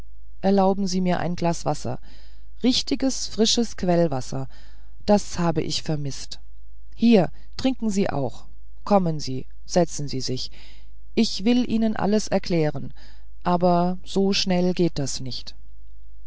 erlauben sie mir ein glas wasser richtiges frisches quellwasser das habe ich vermißt hier trinken sie auch kommen sie setzen sie sich ich will ihnen alles erklären aber so schnell geht das nicht